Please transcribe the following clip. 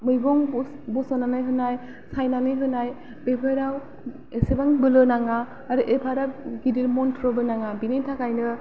मैगं बस'नानै होनाय सायनानै होनाय बेफोराव एसेबां बोलो नाङा आरो एफाराब गिदिर मन्थ्रबो नाङा बिनि थाखायनो